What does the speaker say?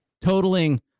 totaling